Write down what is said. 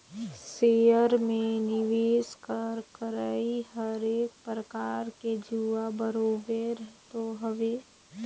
share में निवेस कर करई हर एक परकार ले जुआ बरोबेर तो हवे